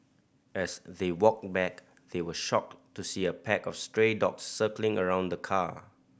as they walked back they were shocked to see a pack of stray dogs circling around the car